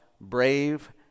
brave